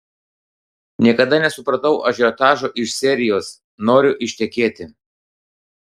niekada nesupratau ažiotažo iš serijos noriu ištekėti